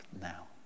now